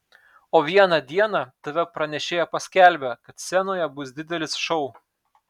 o vieną dieną tv pranešėja paskelbė kad scenoje bus didelis šou